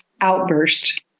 outburst